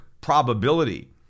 probability